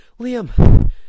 Liam